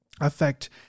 affect